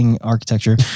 Architecture